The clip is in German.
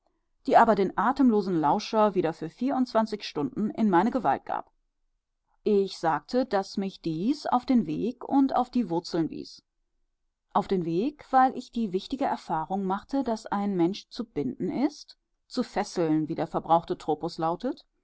die aber den atemlosen lauscher wieder für vierundzwanzig stunden in meine gewalt gab ich sagte daß mich dies auf den weg und auf die wurzeln wies auf den weg weil ich die wichtige erfahrung machte daß ein mensch zu binden ist zu fesseln wie der verbrauchte tropus lautet